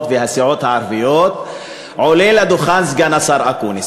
והסיעות הערביות עולה לדוכן סגן השר אקוניס.